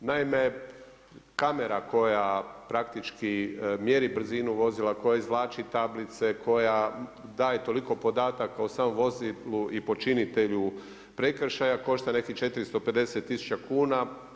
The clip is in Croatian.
Naime, kamera koja praktički mjeri brzinu vozila koje izvlači tablice, koja daje toliko podataka samom vozilu i počinitelju prekršaja, košta nekih 450 tisuća kuna.